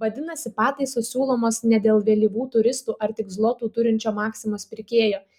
vadinasi pataisos siūlomos ne dėl vėlyvų turistų ar tik zlotų turinčio maksimos pirkėjo